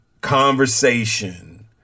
conversation